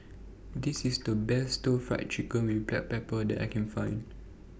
This IS The Best Stir Fried Chicken with Black Pepper that I Can Find